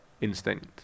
instinct